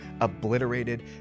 obliterated